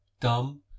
dumb